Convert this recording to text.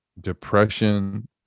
depression